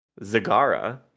Zagara